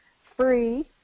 free